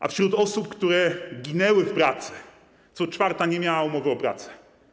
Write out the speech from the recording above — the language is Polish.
A wśród osób, które zginęły w pracy, co czwarta nie miała umowy o pracę.